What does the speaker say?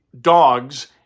dogs